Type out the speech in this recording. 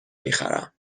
میخرم